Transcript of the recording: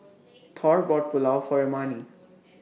Thor bought Pulao For Imani